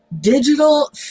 digital